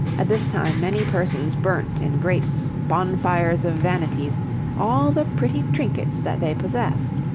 at this time many persons burnt in great bonfires of vanities all the pretty trinkets that they possessed.